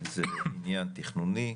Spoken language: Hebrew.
זה עניין תכנוני,